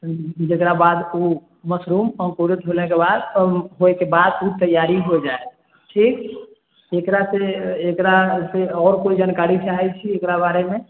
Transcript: जेकराबाद ओ मशरूम अंकुरित होला के बाद ओहि के बाद ओ तैयारी हो जाएत ठीक एकरासे एकरासे और कोइ जानकारी चाहै छी एकरा बारे मे